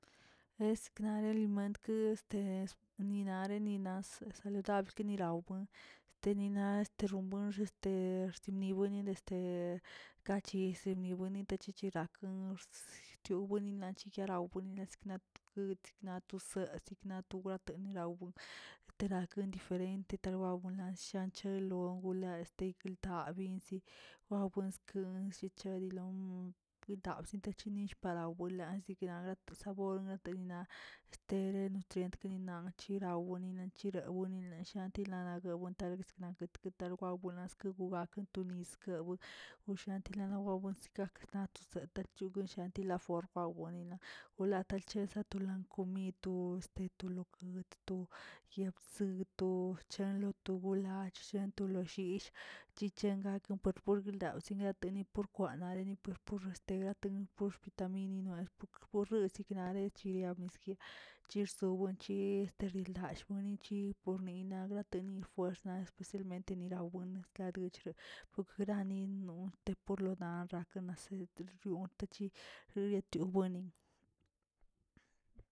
Eskanri limentkə este ninare ninasə saludable kinirawbuen ktinina rox wenx este siwinilə kachenilə este chichanarakw chuwenina wenila sknat wek snatus esign atura yinirabuen etirakne diferent titalabuenlansh anchilenguwalon lank este taldaw wawen skin, chedilon yidab stentechini palan welanzi na grate sabor graterina estere nutrient nan chirawen nan chirawen shina nara wen tereskna yiternawera tegugakelan skewin, wshantilan dii gawan si gak natoset chiguin shantalafort famonina wlatalcheza tulan komid to este tolokod yegbze to chanlo togala llan to loo llyish, chechengakan parbuir law segnategui kwandaraeni restegartun xbitaminini poxes sikna chiria musgui, chirson wenchi este rilalꞌwen enchi pornina grateni fuers naꞌ especialmente nirabuein skadrechi ok granin ontepor narak naset buin tachireriato buini'.